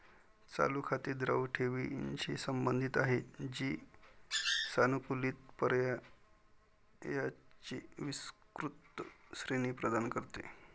चालू खाती द्रव ठेवींशी संबंधित आहेत, जी सानुकूलित पर्यायांची विस्तृत श्रेणी प्रदान करते